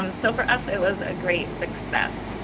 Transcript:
um so for us it was a great success,